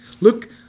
Look